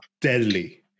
deadly